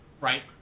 Right